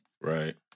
Right